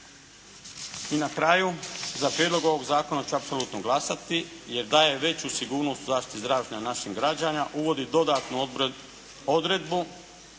I na kraju za prijedlog ovoga zakona apsolutno ću glasati jer daje veću sigurnost u zaštiti zdravlja našim građanima, uvodi dodatnu odredbu